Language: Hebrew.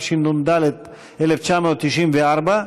התשנ"ד 1994,